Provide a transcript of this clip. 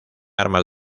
armas